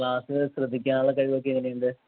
ക്ലാസ്സിൽ ശ്രദ്ധിക്കാനുള്ള കഴിവൊക്കെ എങ്ങനെ ഉണ്ട്